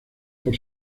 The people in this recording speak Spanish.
por